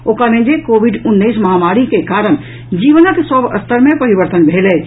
ओ कहलनि जे कोविड उन्नैस महामारी के कारण जीवनक सभ स्तर मे परिवर्तन भेल अछि